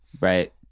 Right